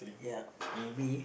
ya maybe